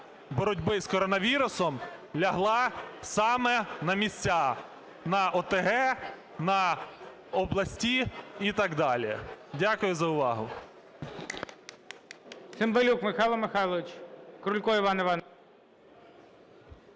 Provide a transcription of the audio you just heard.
боротьби з коронавірусом лягла саме на місця: на ОТГ, на області і так далі. Дякую за увагу.